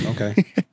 okay